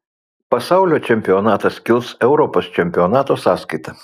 pasaulio čempionatas kils europos čempionato sąskaita